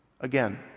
again